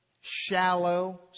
shallow